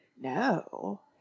No